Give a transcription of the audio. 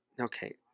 Okay